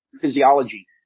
physiology